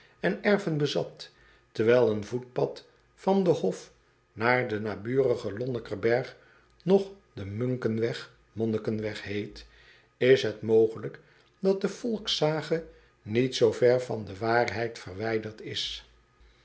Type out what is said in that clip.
en erven bezat terwijl een voetpad van den hof naar den naburigen onnekerberg nog de unkenweg monnikenweg heet is het mogelijk dat de volkssage niet zoo ver van de waarheid verwijderd is